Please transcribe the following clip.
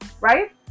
right